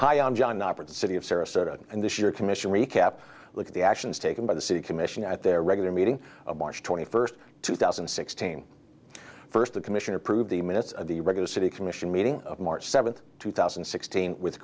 the city of sarasota and this year commission recap look at the actions taken by the city commission at their regular meeting of march twenty first two thousand and sixteen first the commission approved the minutes of the regular city commission meeting of march seventh two thousand and sixteen with